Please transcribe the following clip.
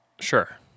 Sure